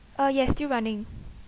uh yes still running